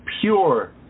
pure